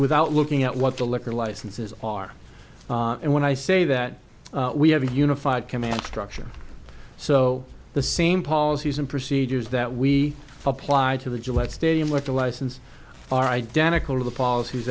without looking at what the liquor licenses are and when i say that we have a unified command structure so the same policies and procedures that we apply to the gillette stadium with a license are identical to the policies